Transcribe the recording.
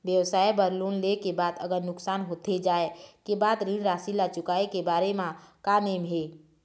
व्यवसाय बर लोन ले के बाद अगर नुकसान होथे जाय के बाद ऋण राशि ला चुकाए के बारे म का नेम हे?